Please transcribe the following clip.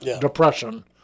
Depression